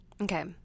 Okay